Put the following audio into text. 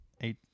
eight